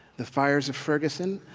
the fires of ferguson,